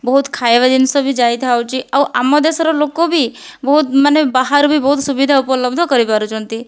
ବହୁତ ଖାଇବା ଜିନିଷ ବି ଯାଇଥାଉଛି ଆଉ ଆମ ଦେଶର ଲୋକ ବି ବହୁତ ମାନେ ବାହାରୁ ବି ସୁବିଧା ଉପଲବ୍ଧ କରିପାରୁଛନ୍ତି